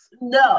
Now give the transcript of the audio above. No